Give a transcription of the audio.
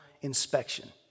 inspection